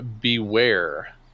Beware